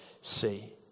see